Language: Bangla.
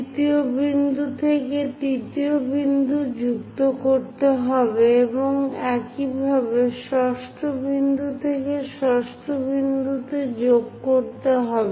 3য় বিন্দু থেকে 3য় বিন্দু যুক্ত করতে হবে এবং একইভাবে 6 ষ্ঠ বিন্দু থেকে 6 ষ্ঠ তে যোগ করতে হবে